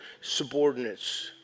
subordinates